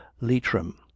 Leitrim